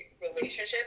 relationship